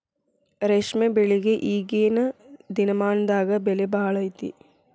ರೇಶ್ಮೆ ಬೆಳಿಗೆ ಈಗೇನ ದಿನಮಾನದಾಗ ಬೆಲೆ ಭಾಳ ಐತಿ